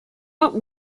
what